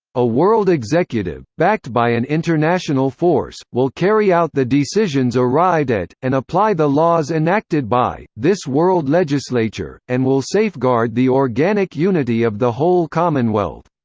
a world executive, backed by an international force, will carry out the decisions arrived at, and apply the laws enacted by, this world legislature, and will safeguard the organic unity of the whole commonwealth.